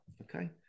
Okay